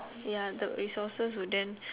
ya the resources will then